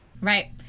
Right